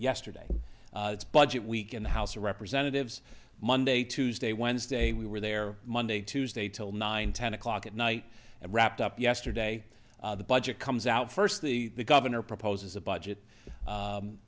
yesterday it's budget week in the house of representatives monday tuesday wednesday we were there monday tuesday till nine ten o'clock at night and wrapped up yesterday the budget comes out first the governor proposes a budget